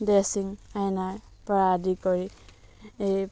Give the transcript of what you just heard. dressing আইনাৰ পৰা আদি কৰি